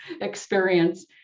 experience